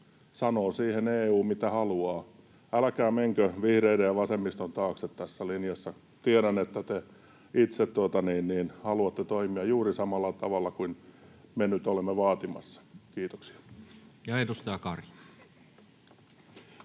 sanoo siihen EU, mitä haluaa. Älkää menkö vihreiden ja vasemmiston taakse tässä linjassa. Tiedän, että te itse haluatte toimia juuri samalla tavalla kuin mitä me nyt olemme vaatimassa. — Kiitoksia. [Speech 116]